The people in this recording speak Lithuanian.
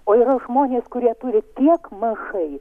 o yra žmonės kurie turi tiek mažai